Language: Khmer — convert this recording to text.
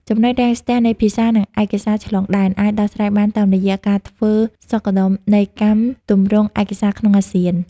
ចំណុចរាំងស្ទះនៃ "ភាសា និងឯកសារឆ្លងដែន" អាចដោះស្រាយបានតាមរយៈការធ្វើសុខដុមនីយកម្មទម្រង់ឯកសារក្នុងអាស៊ាន។